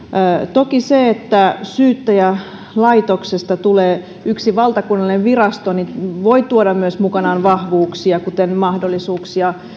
toki se että syyttäjälaitoksesta tulee yksi valtakunnallinen virasto voi myös tuoda mukanaan vahvuuksia kuten mahdollisuuksia